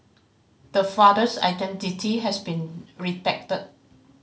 the father's identity has been redacted